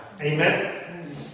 Amen